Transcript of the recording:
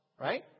Right